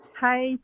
Hi